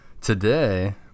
Today